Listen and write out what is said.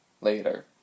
Later